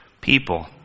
people